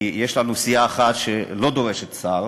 כי יש לנו סיעה אחת שלא דורשת שר,